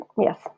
Yes